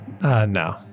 No